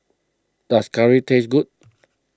does Curry taste good